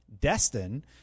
Destin